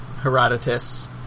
Herodotus